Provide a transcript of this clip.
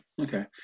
Okay